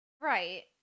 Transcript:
Right